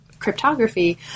cryptography